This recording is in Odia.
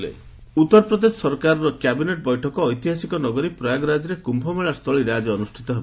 କୁମ୍ଭ କ୍ୟାବିନେଟ୍ ଉତ୍ତରପ୍ରଦେଶ ସରକାରର କ୍ୟାବିନେଟ୍ ବୈଠକ ଐତିହାସିକ ନଗରୀ ପ୍ରୟାଗରାଜ୍ରେ କ୍ୟୁମେଳା ସ୍ଥୁଳୀରେ ଆଜି ଅନୁଷ୍ଠିତ ହେବ